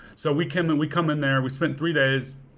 so we come and we come in there, we spent three days.